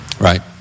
Right